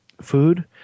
food